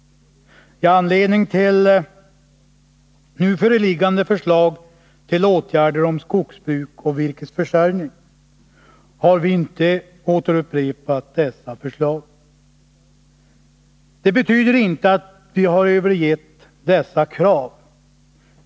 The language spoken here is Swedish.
Med anledning av nu föreliggande förslag till åtgärder rörande skogsbruk och virkesförsörjning har vi inte upprepat våra krav, Detta betyder inte att vi har övergett dem.